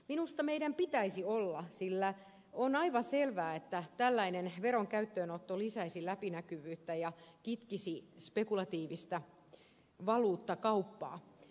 minusta meidän pitäisi olla sillä on aivan selvää että tällaisen veron käyttöönotto lisäisi läpinäkyvyyttä ja kitkisi spekulatiivista valuuttakauppaa